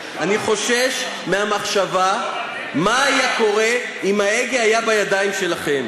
אני חושש מהמחשבה מה היה קורה אם ההגה היה בידיים שלכם,